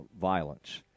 violence